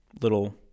little